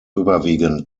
überwiegend